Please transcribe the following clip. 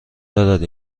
دارد